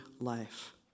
life